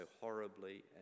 horribly